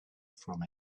from